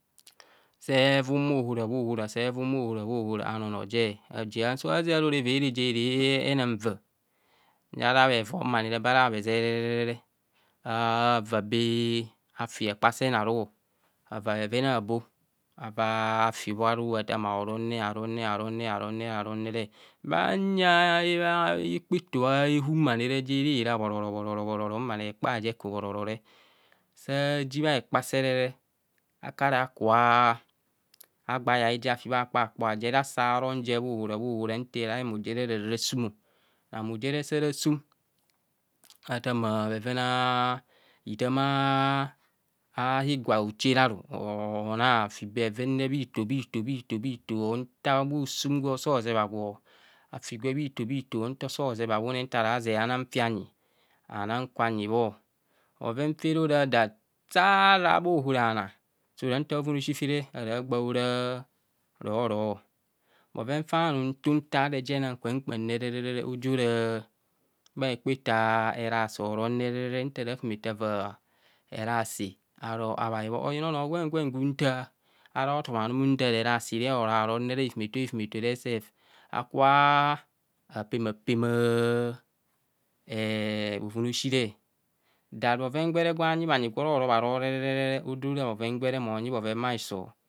Se vun bhaahara bhaahora, se vun bhaahara bhaohara anono je ajieng, saa zaa aro ora evere je re nang vap ara bhevo mani re bha re habhe zeree re rere avaa bee afi hekpa sen aru o, ava bhen abo ava fi bho aru ạthạmạ orong re, orong re, orong ke. bha huyeng a kpaeto ehu ma ni re ja rạ rạ bhoro, bhoro bhoro ma ni re ja ekpa je eku bhoro, sa ji bhahekpa sere akara aku nta ra yai je afi bha kpakpo aje re asaa rong je bha ohora nta ramu jere ara rasumọ ramuje re saa rasum, athamaa bheven a itham a higwa hocha ra ru ho nana afi bheven re bhi to bhi to bhito bhu sung gwo sọọ zeb agwo afi gwe bhito bhito nto zoo zeb awune nta ra zeng among kwe anyi, anong kwe anyi bho. Bhoren fa re ora that saa ara bha ohora hanong, so ra nta bhoven aoshi fe re ara gba ora roro. Bhoven fa num ntum nta je nang kpam kpam re, ajo ra bha hekpaeto erasi horong nta fumato avaa erasi aro abae bho oyina anọọ gwen gwu tạạ ara atumanum untaa, erase re horong hifumeta aefunato re sef aku bha apema pema bhoven aoshi re bhoven gwere gwo robarob re mo nyi bhoven aoshi baiso.